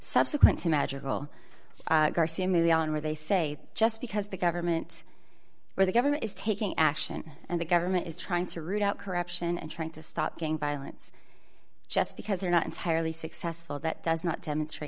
subsequent to magical garcia movie on where they say just because the government or the government is taking action and the government is trying to root out corruption and trying to stop gang violence just because they're not entirely successful that does not demonstrate